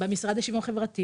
במשרד לשוויון חברתי